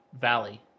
valley